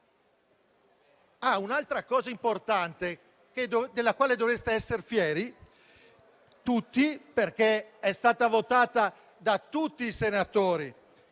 Un'altra cosa importante - della quale dovreste essere fieri tutti, perché è stata votata da tutti i senatori,